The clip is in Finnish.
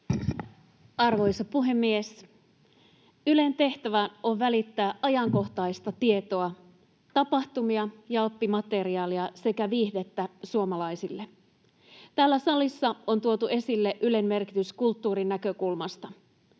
Arvoisa puhemies! Ylen tehtävä on välittää ajankohtaista tietoa, tapahtumia ja oppimateriaalia sekä viihdettä suomalaisille. Täällä salissa on tuotu esille Ylen merkitys kulttuurin näkökulmasta.